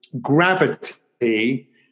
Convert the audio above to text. gravity